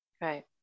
Right